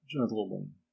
gentlemen